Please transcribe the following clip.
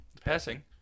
Passing